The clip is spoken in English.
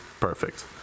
perfect